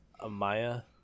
Amaya